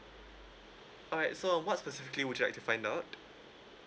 alright so um what specifically would you like to find out